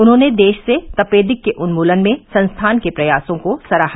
उन्होंने देश से तपेदिक के उन्मूलन में संस्थान के प्रयासों को सराहा